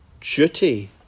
Duty